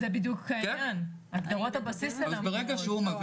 זה בדיוק העניין, הגדרות הבסיס אינן ברורות.